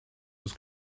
was